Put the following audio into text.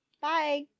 Bye